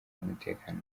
n’umutekano